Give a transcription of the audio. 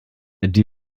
die